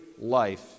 life